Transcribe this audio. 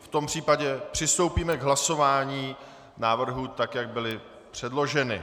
V tom případě přistoupíme k hlasování návrhů tak, jak byly předloženy.